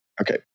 okay